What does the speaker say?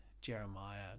Jeremiah